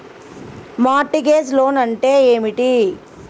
Mart gauge loan అంటే ఏమిటి?